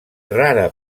rara